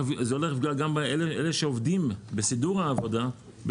זה הולך לפגוע גם באלה שעובדים בסידור המדפים.